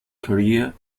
career